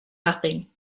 nothing